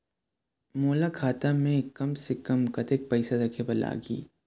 मोला खाता म कम से कम कतेक पैसा रखे बर लगही?